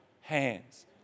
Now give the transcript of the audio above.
hands